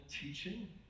teaching